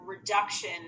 reduction